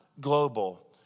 global